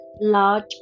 large